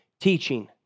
Teaching